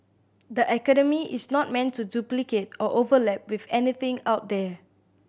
the academy is not meant to duplicate or overlap with anything out there